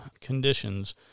conditions